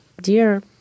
dear